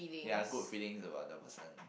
ya good feelings about the person